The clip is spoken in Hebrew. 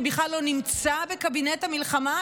שבכלל לא נמצא בקבינט המלחמה,